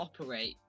operate